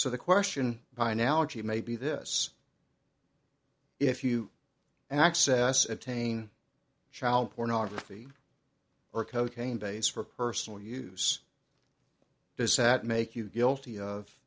so the question by now gee maybe this if you access attain child pornography or cocaine base for personal use does sat make you guilty of